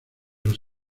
los